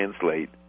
translate